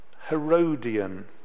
Herodian